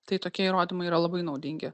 tai tokie įrodymai yra labai naudingi